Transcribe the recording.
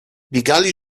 biegli